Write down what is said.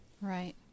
Right